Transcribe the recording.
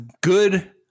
good